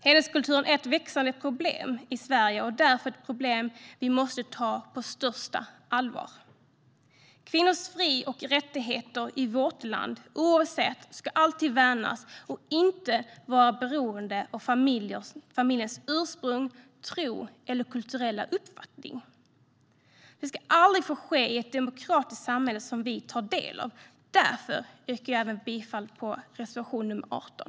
Hederskulturen är ett växande problem i Sverige och därför ett problem vi måste ta på största allvar. Kvinnors fri och rättigheter i vårt land ska alltid värnas och inte vara beroende av familjens ursprung, tro eller kulturella uppfattning. Det ska aldrig få ske i ett demokratiskt samhälle vi alla tar del av. Därför yrkar jag bifall till reservation nr 18.